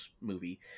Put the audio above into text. movie